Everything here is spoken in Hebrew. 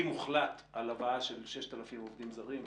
אם הוחלט על הבאה של 6,000 עובדים זרים,